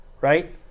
right